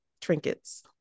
trinkets